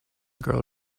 girl